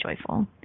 joyful